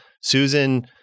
Susan